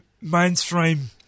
mainstream